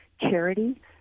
charity